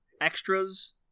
extras